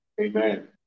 Amen